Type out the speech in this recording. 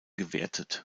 gewertet